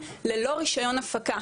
ללא רישיון הפקה,